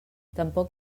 tampoc